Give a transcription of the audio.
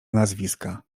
nazwiska